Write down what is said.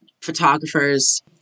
photographers